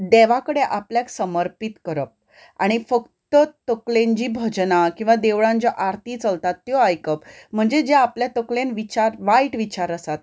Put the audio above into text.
देवा कडेन आपल्याक समर्पीत करप आनी फक्त तकलेन जी भजनां किंवा देवळांन ज्यो आरती चलतात त्यो आयकप म्हणजे जे आपल्या तकलेन विचार वायट विचार आसात